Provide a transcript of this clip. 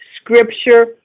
scripture